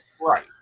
Right